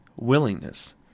willingness